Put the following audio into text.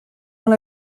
dans